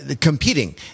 competing